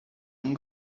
and